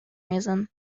reason